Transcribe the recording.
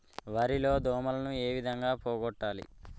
వరి లో దోమలని ఏ విధంగా పోగొట్టాలి?